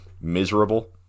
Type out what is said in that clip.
miserable